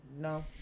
no